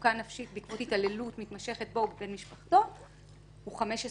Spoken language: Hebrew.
מצוקה נפשית בעקבות התעללות מתמשכת בו ובבן משפחתו הוא 15 שנים.